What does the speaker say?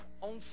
on